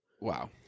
wow